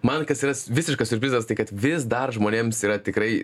man kas yra s visiškas siurprizas tai kad vis dar žmonėms yra tikrai